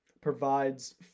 provides